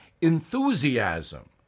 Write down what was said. enthusiasm